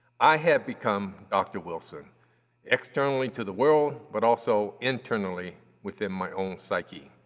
i had become dr. wilson externally to the world but also internally within my own psyche.